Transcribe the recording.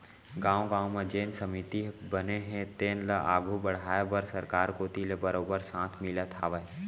गाँव गाँव म जेन समिति बने हे तेन ल आघू बड़हाय बर सरकार कोती ले बरोबर साथ मिलत हावय